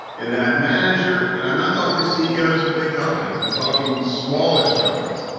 and that manager, and i'm not talking ceos of big companies. i'm talking smallish companies.